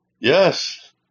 Yes